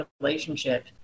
relationship